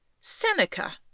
Seneca